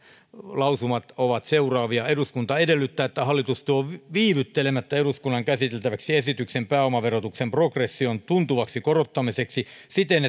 lausumat ovat seuraavia eduskunta edellyttää että hallitus tuo viivyttelemättä eduskunnan käsiteltäväksi esityksen pääomaverotuksen progression tuntuvaksi korottamiseksi siten